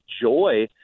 joy –